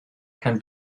can